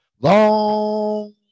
long